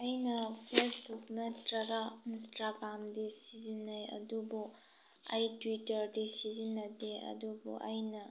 ꯑꯩꯅ ꯐꯦꯁꯕꯨꯛ ꯅꯠꯇ꯭ꯔꯒ ꯏꯟꯁꯇꯥꯒ꯭ꯔꯥꯝꯗꯤ ꯁꯤꯖꯤꯟꯅꯩ ꯑꯗꯨꯕꯨ ꯑꯩ ꯇ꯭ꯌꯨꯇ꯭ꯔꯗꯤ ꯁꯤꯖꯤꯟꯅꯗꯦ ꯑꯗꯨꯕꯨ ꯑꯩꯅ